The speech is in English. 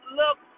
look